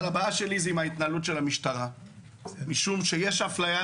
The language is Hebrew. אבל הבעיה שלי היא עם ההתנהלות של המשטרה משום שיש אפליה.